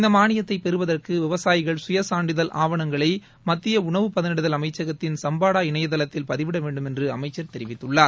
இந்த மானியத்தை பெறுவதற்கு விவசாயிகள் சுயசான்றிதழ் ஆவணங்களை மத்திய உணவு பதனிடுதல் அமைச்சகத்தின் சம்பாடா இணையதளத்தில் பதிவிட வேண்டும் என்று அமைச்சர் தெரிவித்துள்ளார்